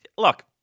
Look